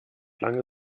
lange